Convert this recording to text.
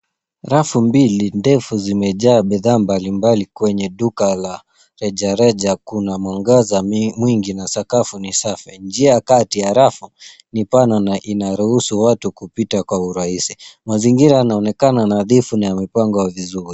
Rafu mbili ndefu zimejaa bidhaa mbalimbali kwenye duka la rejareja. Kuna mwangaza mwingi na sakafu ni safi. Njia kati ya rafu ni pana na inaruhusu watu kupita kwa urahisi. Mazingira yanaonekana nadhifu na yamepangwa vizuri.